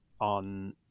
on